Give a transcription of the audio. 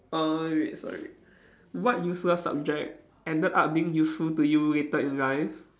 err wait wait sorry what useless subject ended up being useful to you later in life